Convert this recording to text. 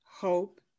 hope